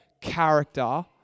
character